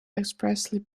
expressly